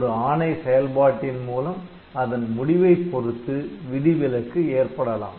ஒரு ஆணை செயல்பாட்டின் மூலம் அதன் முடிவைப் பொறுத்து விதிவிலக்கு ஏற்படலாம்